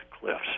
cliffs